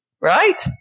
right